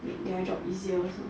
make their job easier also